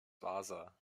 wasa